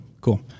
cool